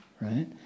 right